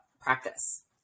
practice